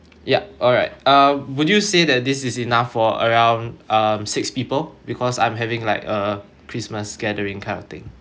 yup alright uh would you say that this is enough for around um six people because I'm having like a christmas gathering kind of thing